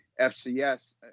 FCS